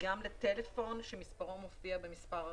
"וגם לטלפון שמספרו מופיע במספר הרישום"?